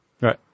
Right